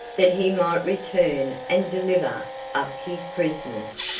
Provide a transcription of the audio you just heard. that he might return and deliver up his prisoners.